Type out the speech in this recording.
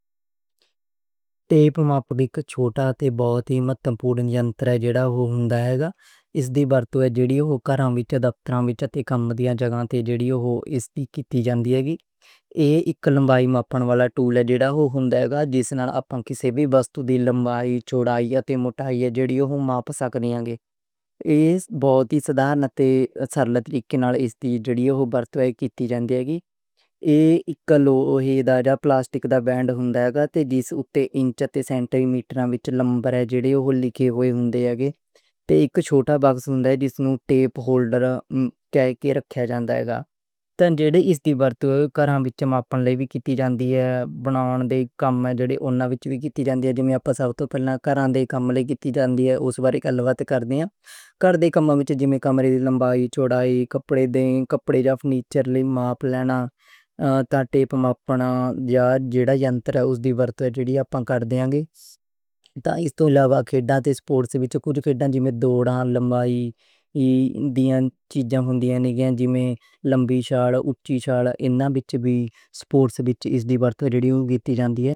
ٹیپ ماپ ایک چھوٹا تے بہت ہی متپورن جنتر ہے جڑا اوہ ہوندا ہے گا۔ اس دی برتوں جیڑی اوہ کران وچ، دفتران وچ تے کام والیاں جگہاں تے جیڑی اوہ اس دی کیتی جاندی ہے گی۔ ایک لمبائی ماپن والا ٹول ہے گا جڑا اوہ ہوندا ہے گا، جس نال اپاں کسی وی وستو دی لمبائی، چوڑائی یا موٹائی جی وی ہون ماپ سکدے ہن گے۔ ایہ بہت ہی سادہ ہے، سادے طریقے نال اس دا استعمال ہوندا اے۔ ایہ اک لوہے یا پلاسٹک دی بند ہوندا جس اُتے انچ تے سینٹی میٹر وچ نمبر لکھے ہون گے۔ اک چھوٹا باکس ہوندا جس نوں ٹیپ ہولڈر کر کے رکھیا ہوندا تے ایسے نالے گھر وچ دوریاں ماپن نوں جاندی۔ بناؤن والے انہے کمہاں وچ وی لئی جاندی ہے۔ کر دے کمرے وچ بے لمبائی چوڑائی کپڑے دے فرنیچر نوں ماپ لینا تاں ٹیپ ماپندا جیڑا ینتر ہے اس دی برتوں جیڑی اپاں کر دیں گی۔ اس دا علاوہ کھیڈاں تے سپورٹس وچ کچھ کھیڈاں جیویں توڑاں لمبائی دیاں ہون چیزاں ہندیاں نیں، جیویں لمبی چھال، اونچی چھال وچ وی سپورٹس وچ اسی برتوں جیڑی جاندی ہے۔